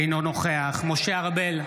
אינו נוכח משה ארבל,